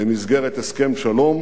במסגרת הסכם שלום,